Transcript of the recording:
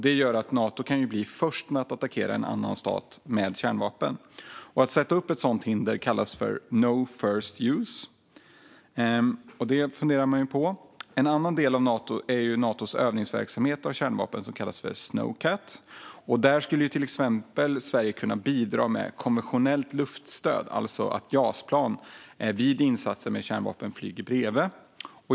Det gör att Nato kan bli först med att attackera en annan stat med kärnvapen. Ett hinder för det kallas no first use. Det funderar man ju på. En annan del är Natos övningsverksamhet med kärnvapen, bland annat SNOWCAT. Där skulle Sverige till exempel kunna bidra med konventionellt luftstöd, alltså Jasplan som flyger bredvid vid insatser med kärnvapen.